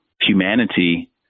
humanity